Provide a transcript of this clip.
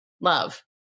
love